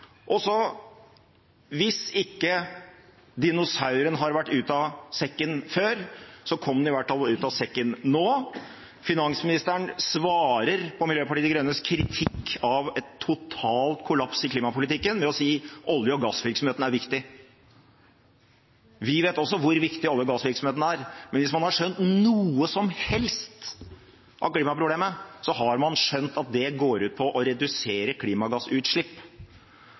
Hvis ikke dinosauren har vært ute av sekken før, så kom den i hvert fall ut av sekken nå. Finansministeren svarer på Miljøpartiet De Grønnes kritikk av en total kollaps i klimapolitikken ved å si: Olje- og gassvirksomheten er viktig. Vi vet også hvor viktig olje- og gassvirksomheten er, men hvis man har skjønt noe som helst av klimaproblemet, så har man skjønt at det går ut på å redusere klimagassutslipp.